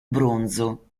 bronzo